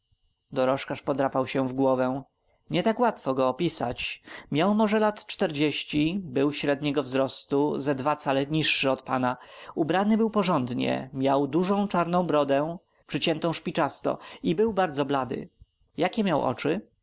dorożkarz podrapał się w głowę nie tak łatwo go opisać miał może lat czterdzieści był średniego wzrostu ze dwa cale niższy od pana ubrany był porządnie miał dużą czarną brodę przyciętą spiczasto i był bardzo blady jakie miał oczy